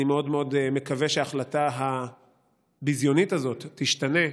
אני מאוד מקווה שההחלטה הביזיונית הזאת תשתנה,